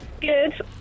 Good